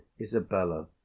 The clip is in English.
Isabella